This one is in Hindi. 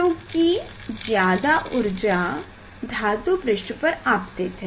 क्योकि ज्यादा ऊर्जा धातु पृष्ठ पर आपतित है